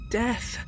death